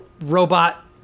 robot